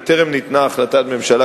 וטרם ניתנה החלטת הממשלה,